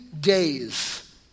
days